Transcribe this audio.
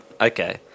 Okay